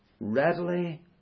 Readily